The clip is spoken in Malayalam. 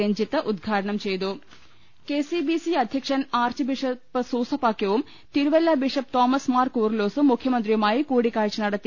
രഞ്ചിത്ത് ഉദ്ഘാടനം ചെയ്തു കെ സി ബി സി അധ്യക്ഷൻ ആർച്ച് ബിഷപ്പ് സൂസപാക്യവും Thiruvalla bishop Thomas Mar കൂറി ലോസും മുഖ്യ മന്ത്രിയു മായി കൂടി ക്കാഴ് ച നടത്തി